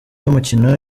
y’umukino